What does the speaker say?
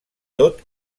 tot